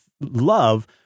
love